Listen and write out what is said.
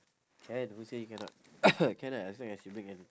can who say you cannot can lah as long as you bring any~